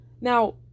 Now